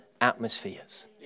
atmospheres